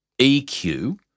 EQ